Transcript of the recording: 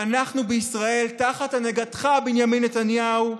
ואנחנו בישראל, תחת הנהגתך, בנימין נתניהו,